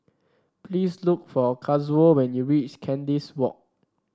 please look for Kazuo when you reach Kandis Walk